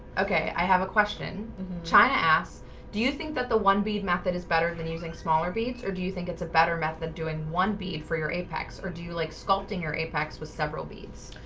okay. i have a question china asks do you think that the one bead method is better than using smaller beads? or do you think it's a better method doing one bead for your apex or do you like sculpting your apex with several beads?